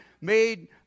made